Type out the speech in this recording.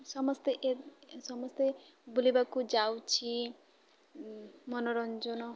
ସମସ୍ତେ ସମସ୍ତେ ବୁଲିବାକୁ ଯାଉଛି ମନୋରଞ୍ଜନ